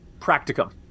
Practicum